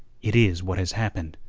it is what has happened.